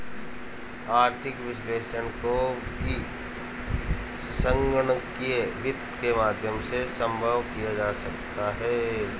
आर्थिक विश्लेषण को भी संगणकीय वित्त के माध्यम से सम्भव किया जा सकता है